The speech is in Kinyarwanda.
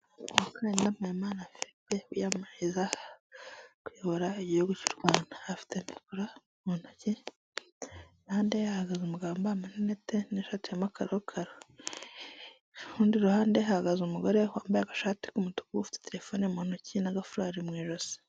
Umukandida Mpayimana Philippe wiyamamarizaga kuyobora igihugu cy'u Rwanda afite mikoro mu ntoki ku ruhande hahagaze umugabo wambaye amarinete n'ishati ya karokaro ku rundi ruhande hahagaze umugore wambaye agashati, k'uumutuku ufite telefone mu ntoki na gafurari mu ijosi.